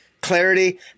clarity